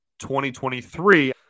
2023